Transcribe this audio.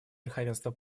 верховенства